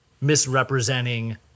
misrepresenting –